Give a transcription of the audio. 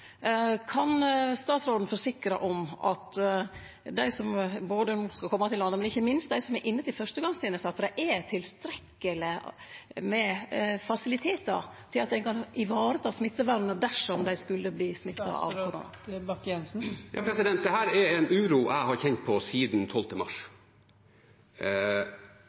Kan statsråden forsikre om at når det gjeld både dei som skal kome til landet, og ikkje minst dei som er inne til fyrstegongsteneste, er det tilstrekkeleg med fasilitetar til at ein kan vareta smittevernet dersom dei skulle verte smitta av korona? Dette er en uro jeg har kjent på siden den 12. mars.